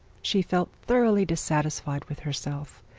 she felt thoroughly dissatisfied with herself.